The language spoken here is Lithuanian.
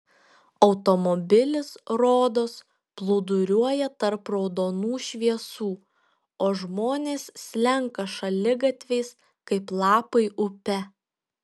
automobilis rodos plūduriuoja tarp raudonų šviesų o žmonės slenka šaligatviais kaip lapai upe